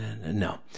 No